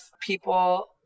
people